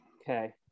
Okay